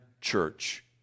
church